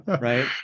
right